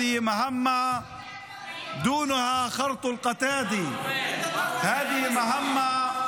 זה משימה קשה מאוד להשגה.) שנבין מה הוא אומר,